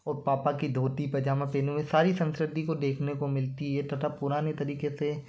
और पापा की धोती पजामा पहने हुए सारी संस्कृति को देखने को मिलती है तथा पुराने तरीके से